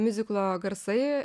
miuziklo garsai